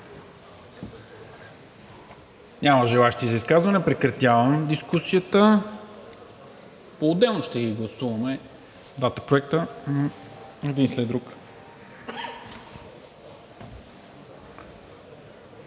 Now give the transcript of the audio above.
Няма желаещи за изказвания. Прекратявам дискусията. Поотделно ще гласуваме двата проекта – един след друг.